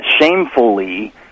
shamefully